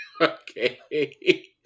Okay